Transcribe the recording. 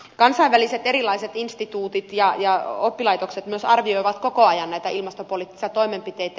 kansainväliset erilaiset instituutit ja oppilaitokset myös arvioivat koko ajan näitä ilmastopoliittisia toimenpiteitä